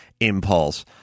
impulse